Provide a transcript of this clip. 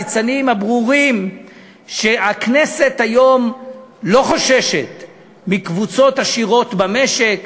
הניצנים הברורים שהכנסת היום לא חוששת מקבוצות עשירות במשק,